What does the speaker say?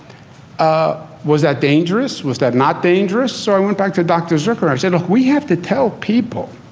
ah was that dangerous? was that not dangerous? so i went back to dr. zucker. i said, we have to tell people,